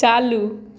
चालू